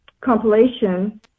compilation